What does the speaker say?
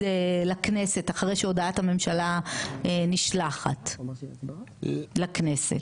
לכנסת אחרי שהודעת הממשלה נשלחת לכנסת.